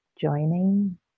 joining